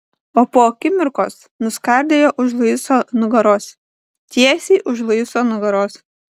o po akimirkos nuskardėjo už luiso nugaros tiesiai už luiso nugaros